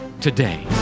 today